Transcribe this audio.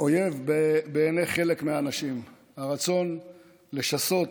אויב בעיני חלק מהאנשים הרצון לשסות